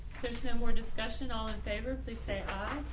there's no more discussion all in favor, please say aye.